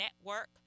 network